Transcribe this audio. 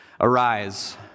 Arise